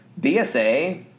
BSA